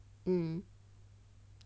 mm cause